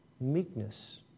Meekness